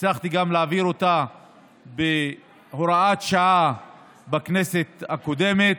והצלחתי להעביר אותה בהוראת שעה בכנסת הקודמת.